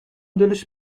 دلش